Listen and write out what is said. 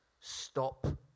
stop